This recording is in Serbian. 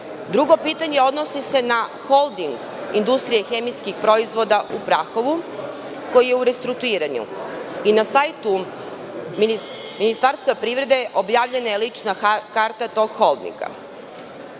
pitanje odnosi se na holding „Industrije hemijskih proizvoda“ u Prahovu, koji je u restrukturiranju. Na sajtu Ministarstva privrede objavljena je lična karta tog holdinga.